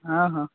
ହଁ ହଁ